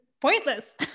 pointless